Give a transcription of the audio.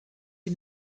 die